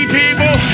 people